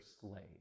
slave